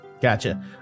Gotcha